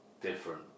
different